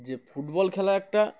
যে ফুটবল খেলা একটা